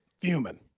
Human